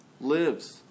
lives